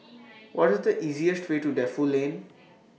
What IS The easiest Way to Defu Lane